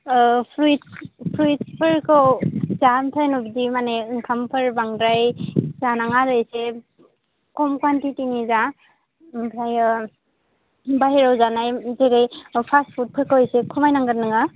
औ fruit fruits फोरखौ जा ओमफाय ओनो बिदि ओंखाम फोरखौ बांद्राय जानांङा एसे खम क'वानतितिनि जा ओमफायो बाह्रेरा आव जानाय फास्त फुद फोरखौ एसे खमायनांगोन नोंङो